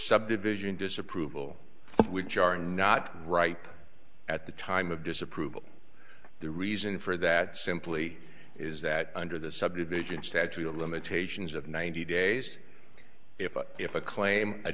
subdivision disapproval which are not right at the time of disapproval the reason for that simply is that under the subdivision statute of limitations of ninety days if a if a claim